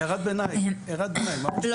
הערת ביניים, משפט.